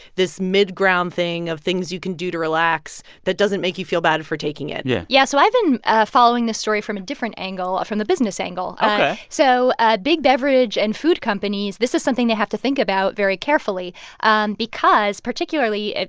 this mid-ground thing of things you can do to relax that doesn't make you feel bad for taking it yeah yeah. so i've been following this story from a different angle, from the business angle ok so ah big beverage and food companies this is something they have to think about very carefully and because, particularly,